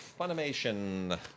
Funimation